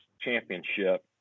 championship